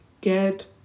get